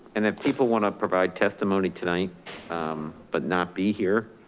and if people wanna provide testimony tonight but not be here,